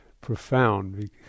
profound